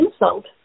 insult